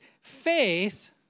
Faith